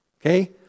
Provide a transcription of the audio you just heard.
Okay